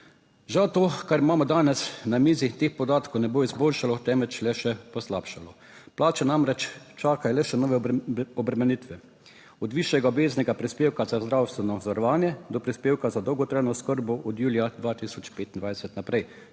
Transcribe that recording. Žal, to, kar imamo danes na mizi, teh podatkov ne bo izboljšalo, temveč le še poslabšalo. Plače namreč čakajo le še nove obremenitve, od višjega obveznega prispevka za zdravstveno zavarovanje do prispevka za dolgotrajno oskrbo, od julija 2025 naprej,